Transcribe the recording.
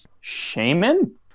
Shaman